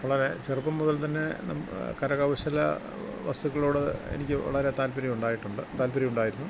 വളരെ ചെറുപ്പം മുതൽ തന്നെ കരകൗശല വസ്തുക്കളോട് എനിക്ക് വളരെ താല്പര്യമുണ്ടായിട്ടുണ്ട് താല്പര്യമുണ്ടായിരുന്നു